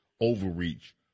overreach